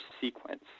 sequence